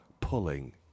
pulling